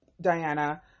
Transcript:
Diana